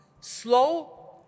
Slow